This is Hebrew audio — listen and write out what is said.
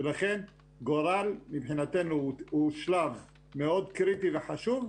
ולכן גורל מבחינתנו הוא שלב מאוד קריטי וחשוב,